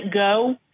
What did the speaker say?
go